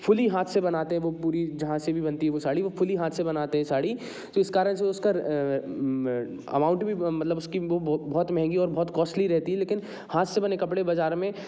fully हाथ से बनाते हैं वो पूरी जहाँ से भी बनती है साड़ी वो फुल्ली हाथ से बनाते हैं साड़ी तो इस कारण से उसका अमाउंट भी मतलब उसकी बहुत महंगी और बहुत कॉस्टली रहती है लेकिन हाथ से बने कपड़े बाज़ार में